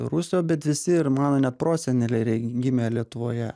ruso bet visi ir mano net proseneliai yra gimę lietuvoje